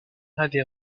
avait